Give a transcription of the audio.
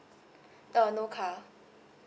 no no car